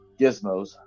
gizmos